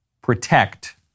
protect